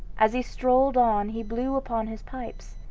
as he strolled on he blew upon his pipes.